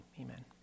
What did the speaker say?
Amen